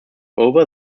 over